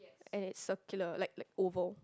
and it's circular like like oval